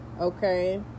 okay